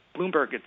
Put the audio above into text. Bloomberg